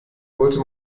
wollte